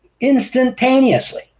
instantaneously